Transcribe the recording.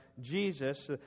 Jesus